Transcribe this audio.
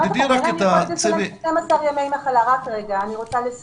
אם יש 12 ימי מחלה, אין